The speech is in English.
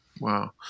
Wow